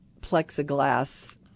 plexiglass